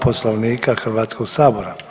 Poslovnika Hrvatskoga sabora.